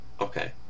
Okay